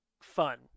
fun